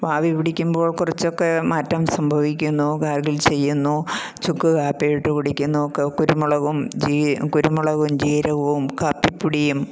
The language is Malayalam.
ആവി പിടിക്കുമ്പോൾ കുറച്ചൊക്കെ മാറ്റം സംഭവിക്കുന്നു ഗാർഗിൾ ചെയ്യുന്നു ചുക്ക് കാപ്പിയിട്ട് കുടിക്കുന്നു കുരുമുളകും കുരുമുളകും ജീരകവും കാപ്പിപ്പൊടിയും